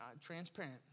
transparent